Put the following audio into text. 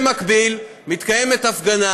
במקביל מתקיימת הפגנה